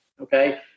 Okay